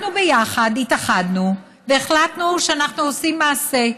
אנחנו, ביחד, התאחדנו והחלטנו שאנחנו עושים מעשה: